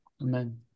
Amen